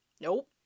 Nope